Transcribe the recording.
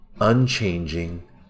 unchanging